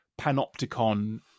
panopticon